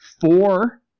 four